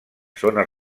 zones